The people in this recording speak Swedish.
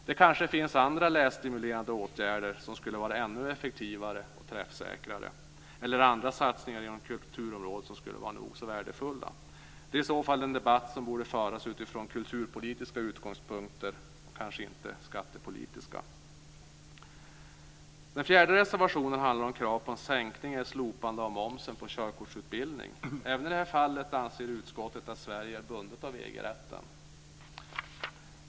Det kanske finns andra lässtimulerande åtgärder som skulle vara ännu effektivare och träffsäkrare, eller andra satsningar inom kulturområdet som skulle vara nog så värdefulla. Det är i så fall en debatt som borde föras utifrån kulturpolitiska utgångspunkter och kanske inte skattepolitiska. Den fjärde reservationen handlar om krav på en sänkning eller ett slopande av momsen på körkortsutbildning. Även i det fallet anser utskottet att Sverige är bundet av EG-rätten.